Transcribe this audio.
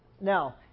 Now